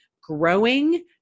growing